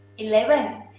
eleven.